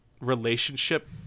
relationship